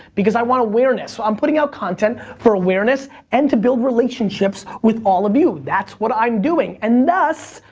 because i want awareness, so i'm putting out content for awareness and to build relationships with all of you. that's what i'm doing, and thus,